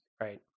right